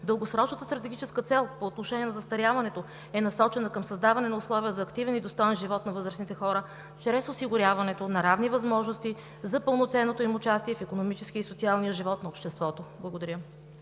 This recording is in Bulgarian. Дългосрочната стратегическа цел по отношение на застаряването е насочена към създаване на условия за активен и достоен живот на възрастните хора чрез осигуряването на равни възможности за пълноценното им участие в икономическия и социалния живот на обществото. Благодаря.